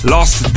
Lost